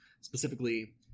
Specifically